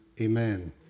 Amen